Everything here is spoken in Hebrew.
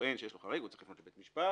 שטוען שיש לו חריג צריך לבוא לבית משפט,